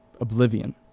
Oblivion